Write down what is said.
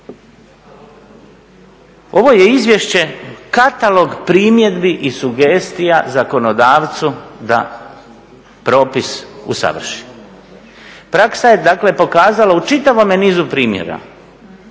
Ovo je izvješće katalog primjedbi i sugestija zakonodavcu da propis usavrši. Praksa je pokazala u čitavome nizu primjera